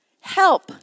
Help